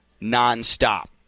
Non-stop